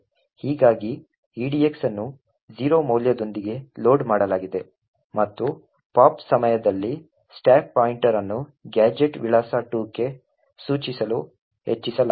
ಹೀಗಾಗಿ edx ಅನ್ನು 0 ಮೌಲ್ಯದೊಂದಿಗೆ ಲೋಡ್ ಮಾಡಲಾಗಿದೆ ಮತ್ತು ಪಾಪ್ ಸಮಯದಲ್ಲಿ ಸ್ಟಾಕ್ ಪಾಯಿಂಟರ್ ಅನ್ನು ಗ್ಯಾಜೆಟ್ ವಿಳಾಸ 2 ಕ್ಕೆ ಸೂಚಿಸಲು ಹೆಚ್ಚಿಸಲಾಗಿದೆ